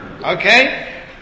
Okay